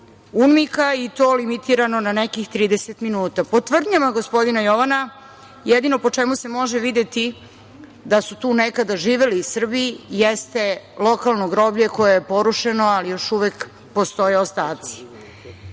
UNMIK-a i to limitirano, na nekih 30 minuta. Po tvrdnjama gospodina Jovana, jedino po čemu se može videti da su tu nekada živeli Srbi jeste lokalno groblje koje je porušeno, ali još uvek postoje ostaci. Uložili